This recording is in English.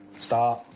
stop.